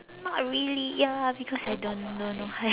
not really ya because I don't don't have